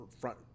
front